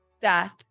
death